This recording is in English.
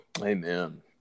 Amen